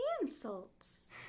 insults